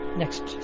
next